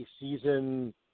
season